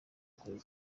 kure